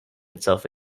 itself